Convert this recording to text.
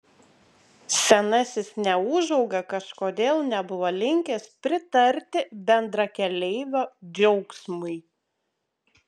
senasis neūžauga kažkodėl nebuvo linkęs pritarti bendrakeleivio džiaugsmui